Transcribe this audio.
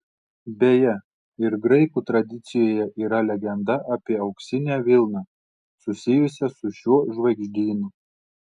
beje ir graikų tradicijoje yra legenda apie auksinę vilną susijusią su šiuo žvaigždynu